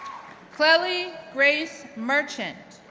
clellie grace merchant,